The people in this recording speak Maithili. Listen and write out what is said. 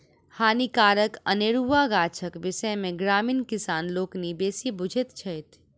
हानिकारक अनेरुआ गाछक विषय मे ग्रामीण किसान लोकनि बेसी बुझैत छथि